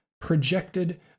projected